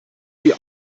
wie